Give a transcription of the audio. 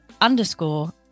underscore